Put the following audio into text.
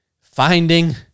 finding